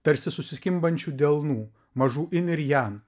tarsi susikimbančių delnų mažų in ir jan